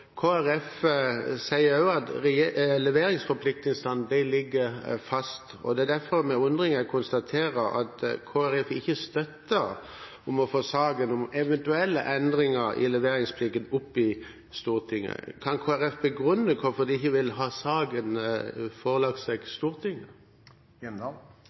derfor med undring jeg konstaterer at Kristelig Folkeparti ikke støtter å få saken om eventuelle endringer i leveringsplikten opp i Stortinget. Kan Kristelig Folkeparti begrunne hvorfor de ikke vil ha seg forelagt